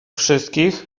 wszystkich